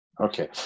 Okay